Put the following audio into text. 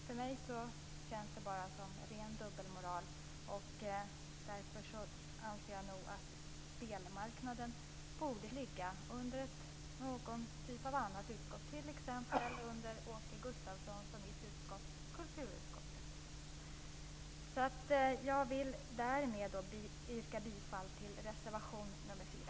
För mig känns det som ren dubbelmoral. Därför anser jag att spelmarknaden borde ligga under ett annat slags utskott, t.ex. Jag vill därmed yrka bifall till reservation nr 4.